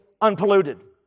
unpolluted